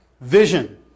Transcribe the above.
Vision